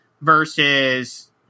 versus